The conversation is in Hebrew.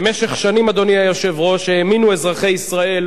במשך שנים האמינו אזרחי ישראל